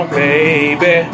baby